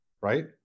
right